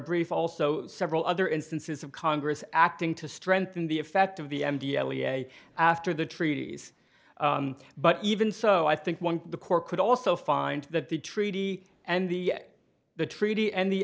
brief also several other instances of congress acting to strengthen the effect of the m d l e a after the treaties but even so i think one the court could also find that the treaty and the the treaty and the